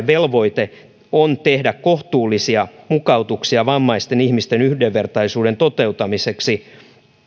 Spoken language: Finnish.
velvoite on tehdä kohtuullisia mukautuksia vammaisten ihmisten yhdenvertaisuuden toteuttamiseksi